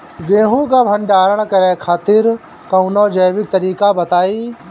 गेहूँ क भंडारण करे खातिर कवनो जैविक तरीका बताईं?